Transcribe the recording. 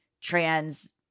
trans